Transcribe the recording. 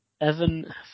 Evan